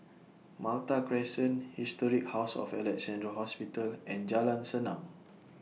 Malta Crescent Historic House of Alexandra Hospital and Jalan Senang